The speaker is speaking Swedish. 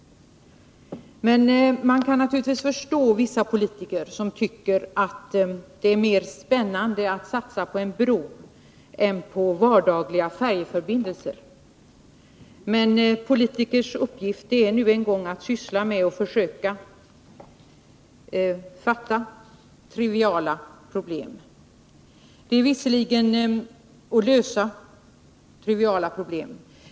Man kan naturligtvis förstå vissa politiker som tycker att det är mer spännande att satsa på en bro än på vardagliga färjeförbindelser. Men politikers uppgift är nu en gång att syssla med och försöka lösa triviala problem.